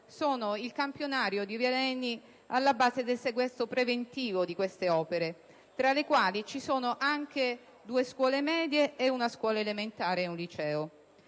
sono il campionario di veleni alla base del sequestro preventivo di queste opere, tra le quali ci sono anche due scuole medie, una scuola elementare e un liceo.